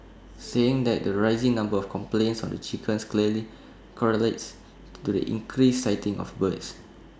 saying that the rising number of complaints on the chickens clearly correlates to the increased sighting of birds